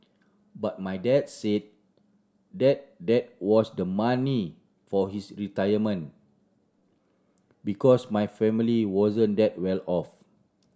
but my dad said that that was the money for his retirement because my family wasn't that well off